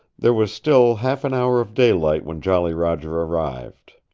there was still half an hour of daylight when jolly roger arrived.